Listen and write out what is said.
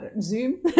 zoom